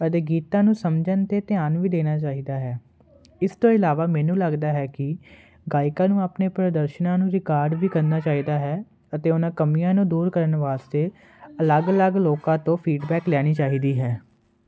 ਅਤੇ ਗੀਤਾਂ ਨੂੰ ਸਮਝਣ 'ਤੇ ਧਿਆਨ ਵੀ ਦੇਣਾ ਚਾਹੀਦਾ ਹੈ ਇਸ ਤੋਂ ਇਲਾਵਾ ਮੈਨੂੰ ਲੱਗਦਾ ਹੈ ਕਿ ਗਾਇਕਾਂ ਨੂੰ ਆਪਣੇ ਪ੍ਰਦਰਸ਼ਨਾਂ ਨੂੰ ਰਿਕਾਰਡ ਵੀ ਕਰਨਾ ਚਾਹੀਦਾ ਹੈ ਅਤੇ ਉਹਨਾਂ ਕਮੀਆਂ ਨੂੰ ਦੂਰ ਕਰਨ ਵਾਸਤੇ ਅਲੱਗ ਅਲੱਗ ਲੋਕਾਂ ਤੋਂ ਫੀਡਬੈਕ ਲੈਣੀ ਚਾਹੀਦੀ ਹੈ